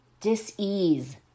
dis-ease